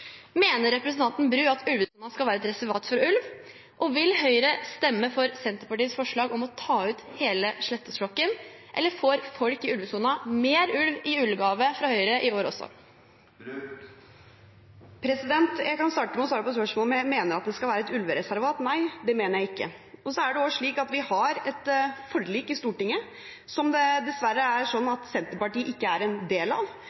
Mener representanten Bru at ulvesonen skal være et reservat for ulv, og vil Høyre stemme for Senterpartiets forslag om å ta ut hele Slettås-flokken, eller får folk i ulvesonen mer ulv i julegave fra Høyre i år også? Jeg kan starte med å svare på spørsmålet om jeg mener at det skal være et ulvereservat. Nei, det mener jeg ikke. Så er det slik at vi har et forlik i Stortinget, som Senterpartiet dessverre ikke er en del av.